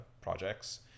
projects